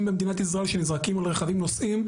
במדינת ישראל שנזרקים על רכבים נוסעים,